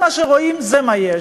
מה שרואים, זה מה יש.